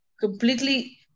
completely